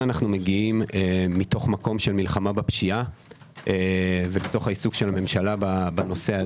אנו מגיעים מתוך מקום של מלחמה בפשיעה ומתוך העיסוק של הממשלה בנושא.